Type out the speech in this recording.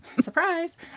Surprise